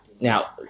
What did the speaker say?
Now